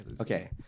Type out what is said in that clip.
okay